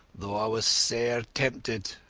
though i was sair temptit